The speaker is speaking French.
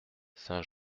saint